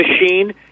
machine